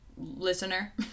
listener